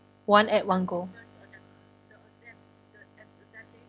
one at one go